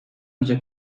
müze